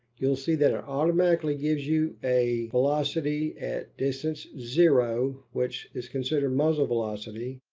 you'll see that it automatically gives you a velocity at distance zero. which is considered muzzle velocity.